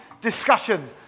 discussion